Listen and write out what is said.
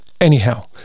Anyhow